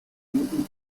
lebensjahr